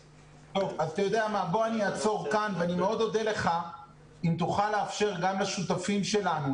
אני אעצור כאן ואני מאוד אודה לך אם תוכל לאפשר גם לשותפים שלנו,